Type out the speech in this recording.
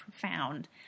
profound